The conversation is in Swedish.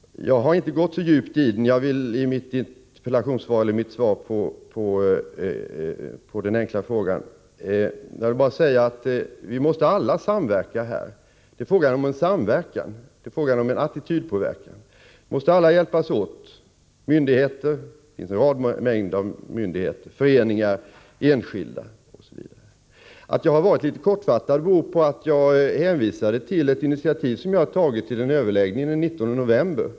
Jag har inte gått så djupt in på den i mitt svar på Ann-Cathrine Haglunds fråga. Det är fråga om en samverkan och en attitydpåverkan, och därför måste vi alla hjälpas åt — det gäller myndigheter, föreningar, enskilda osv. Att jag har varit kortfattad beror på att jag i svaret hänvisade till mitt initiativ till en överläggning den 19 november.